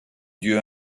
dieu